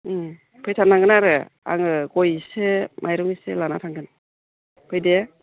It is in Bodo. फैथार नांगोन आरो आङो गय एसे माइरं एसे लाना थांगोन फै दे